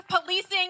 policing